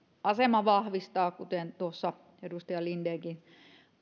asemamme vahvistuu kuten tuossa edustaja lindenkin